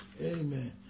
amen